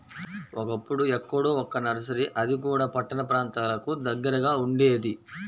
ఒకప్పుడు ఎక్కడో ఒక్క నర్సరీ అది కూడా పట్టణ ప్రాంతాలకు దగ్గరగా ఉండేది